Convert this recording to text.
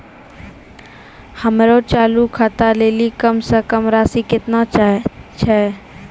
हमरो चालू खाता लेली कम से कम राशि केतना छै?